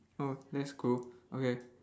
oh that's cool okay